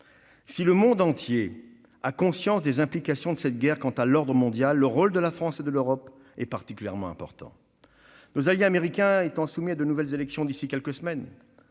Si le monde entier a conscience des implications de cette guerre quant à l'ordre mondial, le rôle de la France et de l'Europe est particulièrement important. Nos alliés américains étant soumis à de nouvelles élections d'ici à quelques semaines,